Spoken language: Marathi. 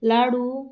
लाडू